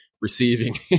receiving